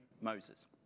Moses